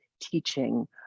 teaching